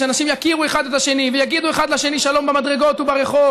שאנשים יכירו אחד את השני ויגידו אחד לשני שלום במדרגות וברחוב